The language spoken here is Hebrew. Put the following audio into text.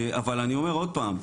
אבל אני אומר עוד פעם,